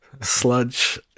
sludge